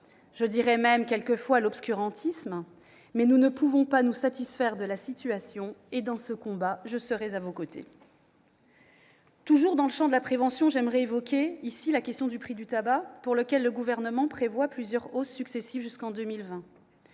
voire parfois l'obscurantisme, mais nous ne pouvons pas nous satisfaire de la situation. Dans ce combat, je serai à vos côtés. Toujours dans le champ de la prévention, j'aimerais évoquer le prix du tabac. Le Gouvernement prévoit plusieurs hausses successives jusqu'en 2020.